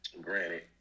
granted